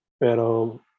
Pero